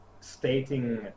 stating